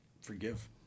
forgive